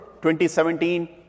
2017